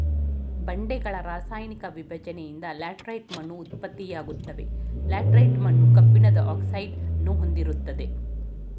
ಬಂಡೆಗಳ ರಾಸಾಯನಿಕ ವಿಭಜ್ನೆಯಿಂದ ಲ್ಯಾಟರೈಟ್ ಮಣ್ಣು ಉತ್ಪತ್ತಿಯಾಗ್ತವೆ ಲ್ಯಾಟರೈಟ್ ಮಣ್ಣು ಕಬ್ಬಿಣದ ಆಕ್ಸೈಡ್ನ ಹೊಂದಿರ್ತದೆ